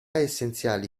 essenziali